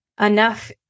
enough